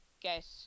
get